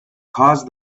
caused